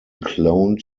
cloned